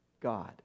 God